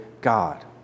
God